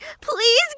please